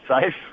safe